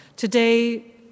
Today